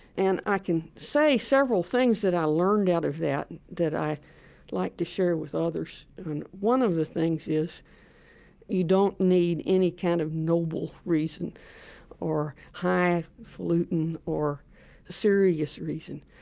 and i can say several things that i learned out of that, that i like to share with others, and one of the things is you don't need any kind of noble reason or highfalutin or serious reason.